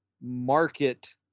Market